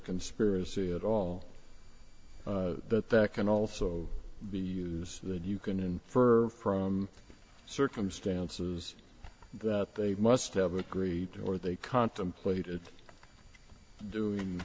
conspiracy at all that that can also be used that you can infer from circumstances that they must have agreed to or they contemplated doing